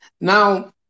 Now